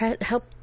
help